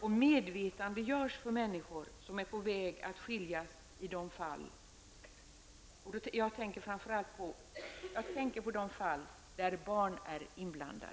och medvetandegörs för människor, som är på väg att skiljas -- och jag tänker då på de fall där barn är inblandade?